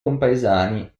compaesani